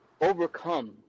overcome